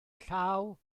llaw